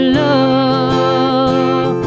love